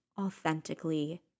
authentically